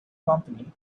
company